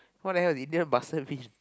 what the hell is Indian bastard bitch